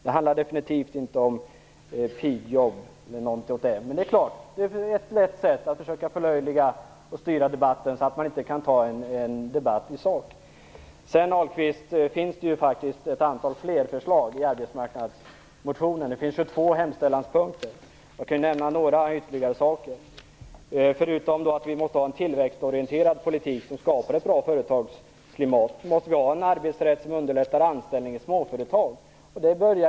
Det handlar definitivt inte om pigjobb eller någonting åt det hållet. Men det är ett lätt sätt att försöka förlöjliga och styra debatten så att man inte kan ta en debatt i sak. Sedan finns det faktiskt ett antal fler förslag i vår arbetsmarknadsmotion. Det finns 22 hemställanspunkter. Jag kan nämna några ytterligare saker. Förutom att vi måste ha en tillväxtorienterad politik som skapar ett bra företagsklimat måste vi ha en arbetsrätt som underlättar anställning i småföretag.